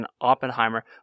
Oppenheimer